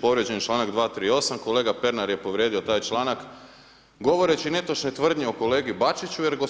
Povrijeđen je čl. 238. kolega Pernar je povrijedio taj članak, govoreći netočne tvrdnje o kolegi Bačiću, jer g.